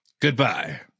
Goodbye